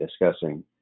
discussing